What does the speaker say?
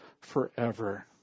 forever